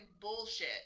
bullshit